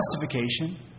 justification